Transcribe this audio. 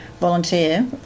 volunteer